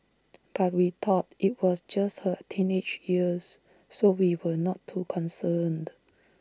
but we thought IT was just her teenage years so we were not too concerned